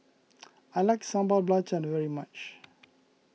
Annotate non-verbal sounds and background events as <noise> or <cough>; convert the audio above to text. <noise> I like Sambal Belacan very much